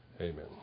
Amen